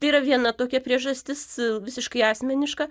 tai yra viena tokia priežastis visiškai asmeniška